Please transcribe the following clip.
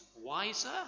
wiser